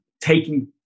taking